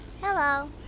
Hello